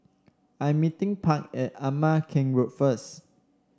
I'm meeting Park at Ama Keng Road first